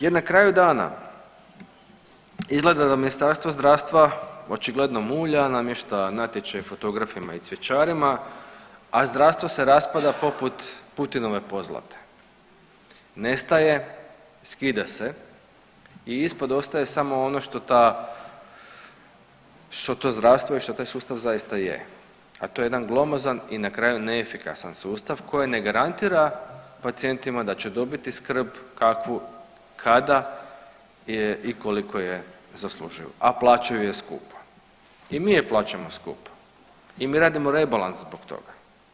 Jer na kraju dana izgleda da Ministarstvo zdravstva očigledno mulja, namješta natječaj fotografima i cvjećarima, a zdravstvo se raspada poput Putinove pozlate, nestaje, skida se i ispod ostaje samo ono što ta, što to zdravstvo i što taj sustav zaista je, a to je jedan glomazan i na kraju neefikasan sustav koji ne garantira pacijentima da će dobiti skrb kakvu, kada je i koliko je zaslužuju, a plaćaju je skupo i mi je plaćamo skupo i mi radimo rebalans zbog toga.